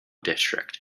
district